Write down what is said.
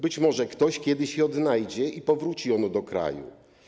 Być może ktoś kiedyś je odnajdzie i powróci ono do kraju.